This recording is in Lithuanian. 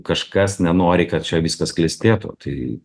kažkas nenori kad čia viskas klestėtų tai